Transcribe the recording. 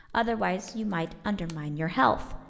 otherwise you might undermine your health.